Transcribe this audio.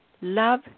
Love